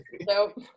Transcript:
Nope